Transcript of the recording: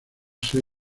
ser